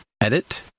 edit